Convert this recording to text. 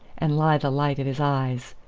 and lie the light of his eyes!